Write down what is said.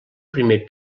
primer